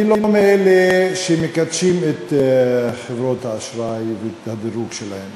אני לא מאלה שמקדשים את חברות האשראי ואת הדירוג שלהן,